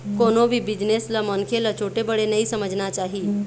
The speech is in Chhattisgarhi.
कोनो भी बिजनेस ल मनखे ल छोटे बड़े नइ समझना चाही